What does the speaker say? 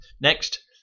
Next